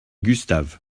gustave